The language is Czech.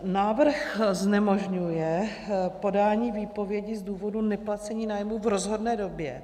Návrh znemožňuje podání výpovědi z důvodu neplacení nájmu v rozhodné době.